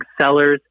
sellers